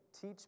teach